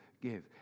give